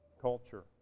culture